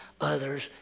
others